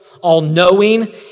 all-knowing